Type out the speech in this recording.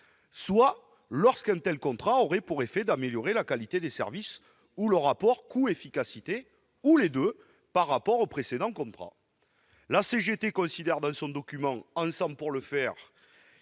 soit lorsqu'un tel contrat aurait pour effet d'améliorer la qualité des services ou le rapport coût-efficacité, ou les deux, par rapport au précédent contrat ». La CGT indique, dans son document, qu'en s'appuyant sur